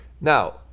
Now